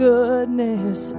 goodness